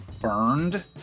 burned